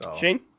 Shane